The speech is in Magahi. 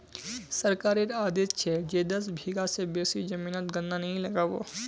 सरकारेर आदेश छ जे दस बीघा स बेसी जमीनोत गन्ना नइ लगा बो